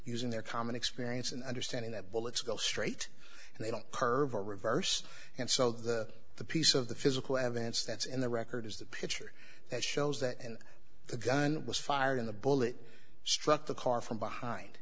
using their common experience and understanding that bullets go straight and they don't curve or reverse and so the the piece of the physical evidence that's in the record is the picture that shows that and the gun was fired in the bullet struck the car from behind